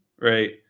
right